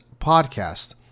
podcast